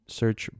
search